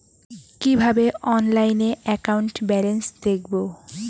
কিভাবে অনলাইনে account balance দেখবো?